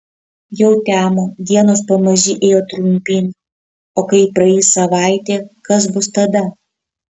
jau temo dienos pamaži ėjo trumpyn o kai praeis savaitė kas bus tada